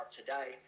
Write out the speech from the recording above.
today